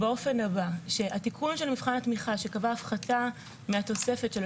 באופן הבא: התיקון של מבחן התמיכה שקבע הפחתה מהתוספת של